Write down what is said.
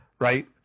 right